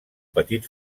petit